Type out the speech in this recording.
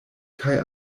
kaj